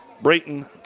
Brayton